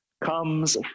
comes